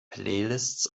playlists